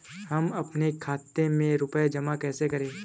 हम अपने खाते में रुपए जमा कैसे करें?